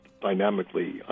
dynamically